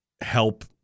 help